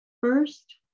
First